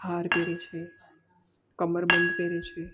હાર પહેરે છે કમરબંધ પહેરે છે